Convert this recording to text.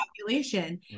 population